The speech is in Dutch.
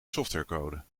softwarecode